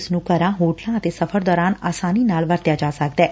ਇਸ ਨੂੰ ਘਰਾਂ ਹੋਟਲਾ ਅਤੇ ਸਫ਼ਰ ਦੌਰਾਨ ਆਸਾਨੀ ਨਾਲ ਵਰਤਿਆ ਜਾ ਸਕਦੈ